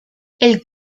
elle